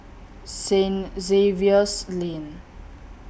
Saint Xavier's Lane